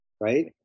right